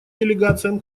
делегациям